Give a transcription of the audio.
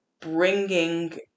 bringing